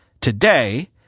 today